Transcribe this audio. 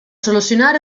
solucionar